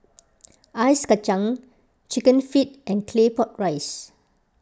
Ice Kacang Chicken Feet and Claypot Rice